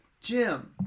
Jim